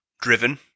Driven